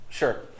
Sure